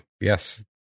yes